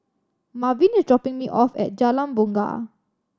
Marvin is dropping me off at Jalan Bungar